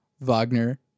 Wagner